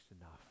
enough